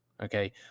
okay